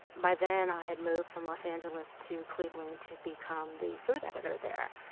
by then i had moved from los angeles to cleveland to become the food editor there.